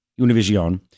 Univision